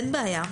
אין בעיה.